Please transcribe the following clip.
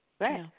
right